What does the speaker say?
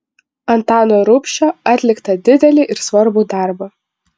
antano rubšio atliktą didelį ir svarbų darbą